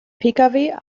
pkw